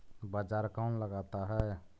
बाजार कौन लगाता है?